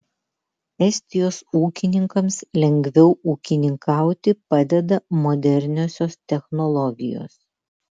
estijos ūkininkams lengviau ūkininkauti padeda moderniosios technologijos